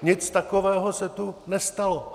Nic takového se tu nestalo.